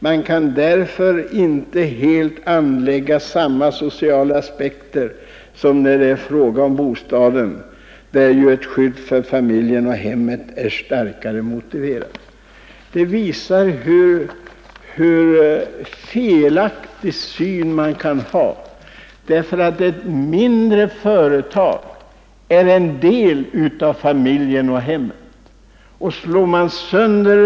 Man kan därför inte helt anlägga samma sociala aspekter som när det är fråga om bostaden, där ju ett skydd för familjen och hemmet är starkare motiverat.” Detta uttalande visar hur felaktig syn man kan ha på dessa förhållanden. Ett mindre företag är en del av familjen och hemmet.